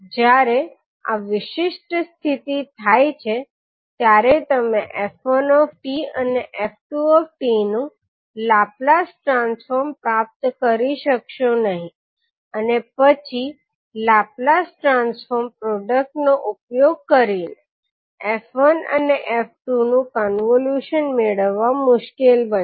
જ્યારે આ વિશિષ્ટ સ્થિતિ થાય છે ત્યારે તમે 𝑓1 𝑡 અને 𝑓2 𝑡 નું લાપ્લાસ ટ્રાન્સફોર્મ પ્રાપ્ત કરી શકશો નહીં અને પછી લાપ્લાસ ટ્રાન્સફોર્મ પ્રોડક્ટનો ઉપયોગ કરીને f1 અને f2 નું કોન્વોલ્યુશન મેળવવા મુશ્કેલ બનશે